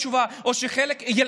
או שחלק מהם יחזרו בתשובה,